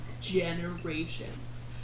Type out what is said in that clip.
generations